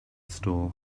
stall